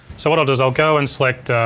so what i'll do is i'll go and select